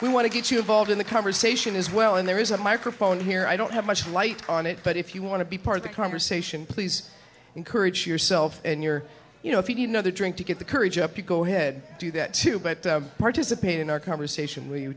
we want to get you involved in the conversation as well and there is a microphone here i don't have much light on it but if you want to be part of the conversation please encourage yourself in your you know if you know the drink to get the courage up to go ahead do that too but participate in our conversation where you